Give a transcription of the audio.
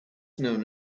known